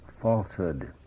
falsehood